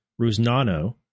Rusnano